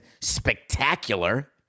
spectacular